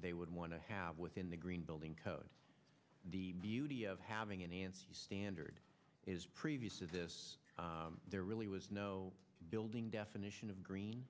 they would want to have within the green building code the beauty of having an answer standard is previous to this there really was no building definition of green